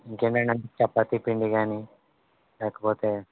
ఇంకేమైన చపాతిపిండి కానీ లేకపోతే